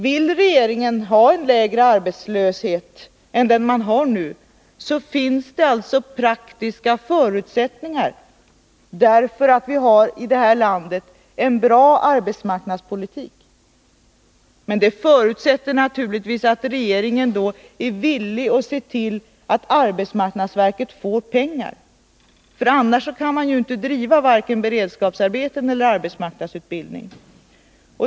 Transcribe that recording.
Vill regeringen ha en lägre arbetslöshet än den nuvarande, så finns de praktiska förutsättningarna, för vi har en bra arbetsmarknadspolitik i det här landet. Men det förutsätter naturligtvis att regeringen ser till att arbetsmarknadsverket får pengar. Annars kan man ju inte driva vare sig beredskapsarbeten eller arbetsmarknadsutbildning.